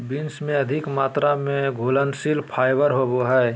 beans में अधिक मात्रा में घुलनशील फाइबर होवो हइ